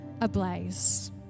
ablaze